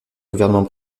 gouvernement